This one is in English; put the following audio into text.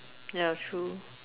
ya true